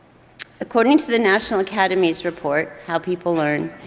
according to the national academies' report, how people learn,